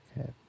Okay